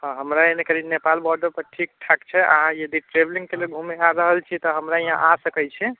हमरा एन्ने कनि नेपाल बॉर्डरपर ठीक ठाक छै अहाँ यदि ट्रेवेलिङ्गके लिए घुमै आबि रहल छी तऽ हमरा यहाँ आबि सकै छी